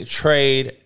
trade